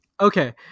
okay